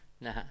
Nah